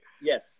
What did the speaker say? yes